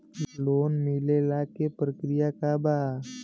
Loan मिलेला के प्रक्रिया का बा?